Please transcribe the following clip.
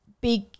big